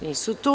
Nisu tu.